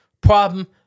problem